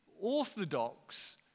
orthodox